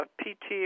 pt